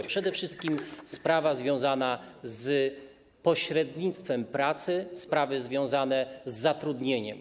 To przede wszystkim sprawa związana z pośrednictwem pracy, sprawy związane z zatrudnieniem.